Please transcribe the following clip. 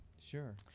Sure